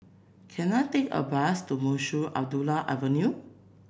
can I take a bus to Munshi Abdullah Avenue